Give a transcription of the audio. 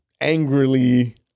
angrily